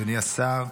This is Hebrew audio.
אדוני השר,